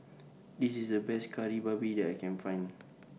This IS The Best Kari Babi that I Can Find